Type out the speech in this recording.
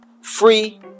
free